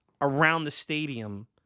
around-the-stadium